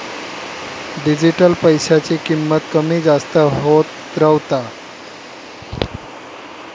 digital पैशाची किंमत कमी जास्त होत रव्हता